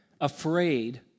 afraid